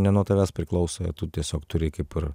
ne nuo tavęs priklauso tu tiesiog turi kaip ir